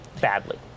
badly